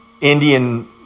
Indian